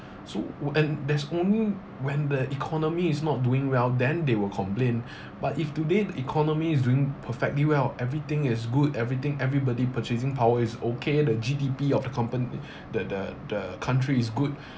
so when there's only when the economy is not doing well then they will complain but if today the economy is doing perfectly well everything is good everything everybody purchasing power is okay the G_D_P of the company that the the country is good